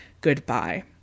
goodbye